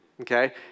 Okay